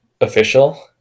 official